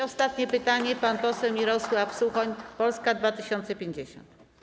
Ostatnie pytanie, pan poseł Mirosław Suchoń, Polska 2050.